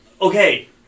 Okay